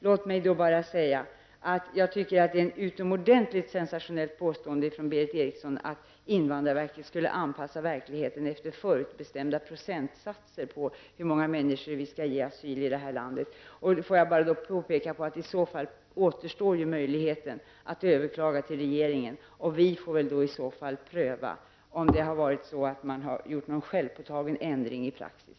Låt mig bara säga att jag tycker att Berith Erikssons påstående att invandrarverket skulle anpassa verkligheten efter förutbestämda procentsatser när det gäller hur många människor som skall få asyl i det här landet är utomordentligt sensationellt. I så fall återstår ju möjligheten att överklaga till regeringen, varefter den får pröva om någon själv har tagit sig rätten att ändra i praxis.